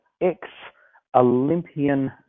ex-Olympian